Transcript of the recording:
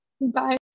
Bye